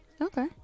Okay